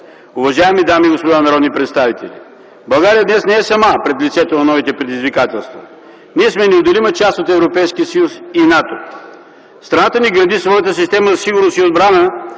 Уважаеми дами и господа народни представители, България днес не е сама пред лицето на новите предизвикателства. Ние сме неотделима част от Европейския съюз и НАТО. Страната ни гради своята система за сигурност и отбрана